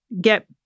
get